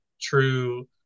true